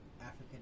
African